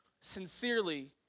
sincerely